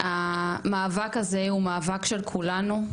והמאבק הזה הוא מאבק של כולנו,